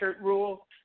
rule